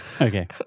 okay